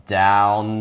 down